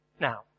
Now